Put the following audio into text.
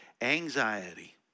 Anxiety